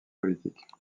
politiques